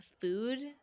food